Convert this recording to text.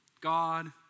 God